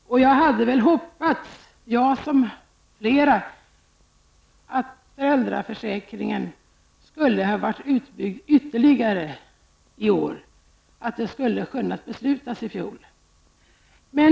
Jag, som flera andra, hade hoppats att man skulle kunnat besluta förra året så att föräldraförsäkringen skulle ha blivit ytterligare utbyggd i år.